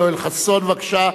יואל חסון, בבקשה.